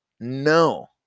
no